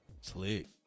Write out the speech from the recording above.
Slick